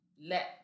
let